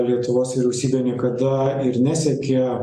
lietuvos vyriausybė niekada ir nesiekė